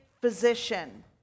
physician